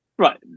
Right